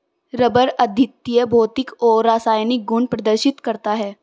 rubber अद्वितीय भौतिक और रासायनिक गुण प्रदर्शित करता है